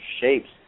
shapes